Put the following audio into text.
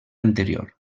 anterior